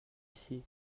ici